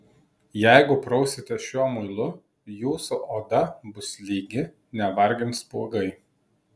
jeigu prausitės šiuo muilu jūsų oda bus lygi nevargins spuogai